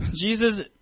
Jesus